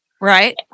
Right